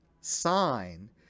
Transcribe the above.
sign